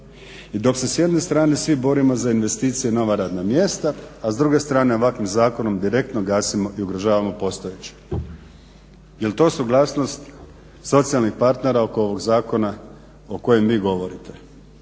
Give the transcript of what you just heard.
I dok se s jedne strane svi borimo za investicije i nova radna mjesta, a s druge strane ovakvim zakonom direktno gasimo i ugrožavamo postojeće. Jel' to suglasnost socijalnih partnera oko ovog Zakona o kojem vi govorite.